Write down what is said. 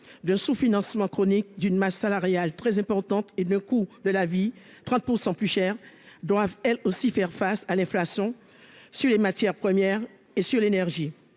d'un sous-financement chronique, d'une masse salariale très importante et d'un coût de la vie supérieur de 30 %, doivent, elles aussi, faire face à l'inflation sur les matières premières et sur l'énergie.